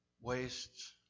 wastes